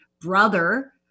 brother